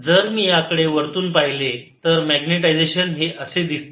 तर जर मी याकडे वरतून पाहिले तर मॅग्नेटायजेशन हे असे दिसते